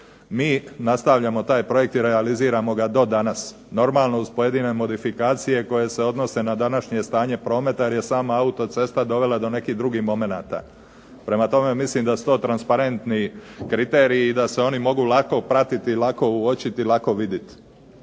Mi nastavljamo taj projekt i realiziramo ga do danas. Normalno uz pojedine modifikacije koje se odnose na današnje stanje prometa, jer je sama autocesta dovela do nekih drugih momenata. Prema tome, mislim da su to transparentni kriteriji i da se oni mogu lako pratiti i lako uočiti i lako vidit.